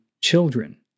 children